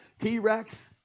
T-Rex